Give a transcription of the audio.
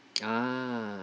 ah